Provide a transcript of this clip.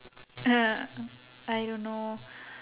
uh I don't know